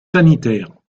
sanitaire